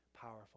powerful